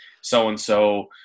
so-and-so